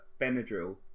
Benadryl